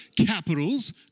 capitals